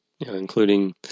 including